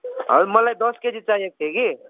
हजुर मलाई दस केजी चाहिएको थियो कि